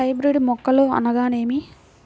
Hybrid మొక్కలు అనగానేమి?